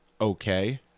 okay